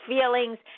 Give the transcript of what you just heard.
feelings